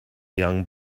young